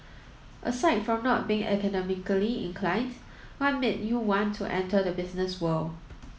aside from not being academically inclined what made you want to enter the business world